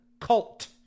cult